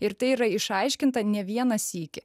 ir tai yra išaiškinta ne vieną sykį